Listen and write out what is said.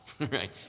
right